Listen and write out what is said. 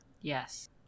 Yes